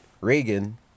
Reagan